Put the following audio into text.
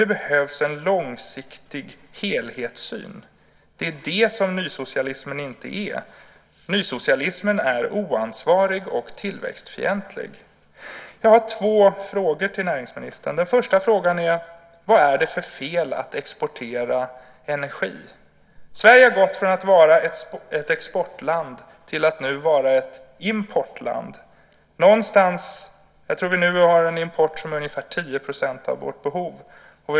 Det behövs en långsiktig helhetssyn. Det är det som nysocialismen inte är. Nysocialismen är oansvarig och tillväxtfientlig. Jag har två frågor till näringsministern. Den första frågan gäller vad det är för fel på att exportera energi. Sverige har gått från att vara ett exportland till att nu vara ett importland. Jag tror att vi har en import som motsvarar 10 % av vårt behov.